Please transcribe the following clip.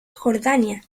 jordania